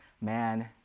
man